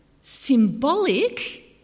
symbolic